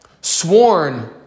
sworn